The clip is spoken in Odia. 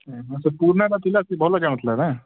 ଏ ହଁ ସେ ପୁରୁଣାଟା ଥିଲା ସେ ଭଲ ଚାଲୁଥିଲା ନା